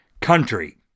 country